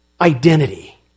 identity